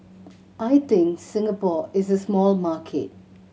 I think Singapore is a small market